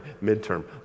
mid-term